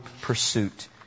pursuit